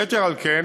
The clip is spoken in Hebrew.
יתר על כן,